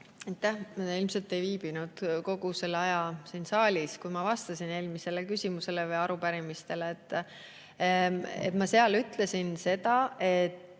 Ilmselt ei viibinud te kogu selle aja siin saalis. Kui ma vastasin eelmisele küsimusele või arupärimisele, ma ütlesin, et